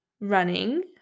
running